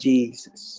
Jesus